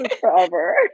Forever